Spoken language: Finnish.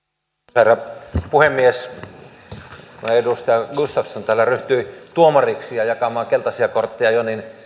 herra puhemies kun edustaja gustafsson täällä ryhtyi tuomariksi ja jakamaan keltaisia kortteja jo niin